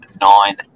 nine